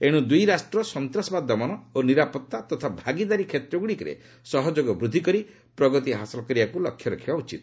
ଏଣୁ ଦୁଇ ରାଷ୍ଟ୍ର ସନ୍ତାସବାଦ ଦମନ ଓ ନିରାପତ୍ତା ତଥା ଭାଗିଦାରୀ କ୍ଷେତ୍ରଗୁଡ଼ିକରେ ସହଯୋଗ ବୃଦ୍ଧି କରି ପ୍ରଗତି ହାସଲ କରିବାକୁ ଲକ୍ଷ୍ୟ ରଖିବା ଉଚିତ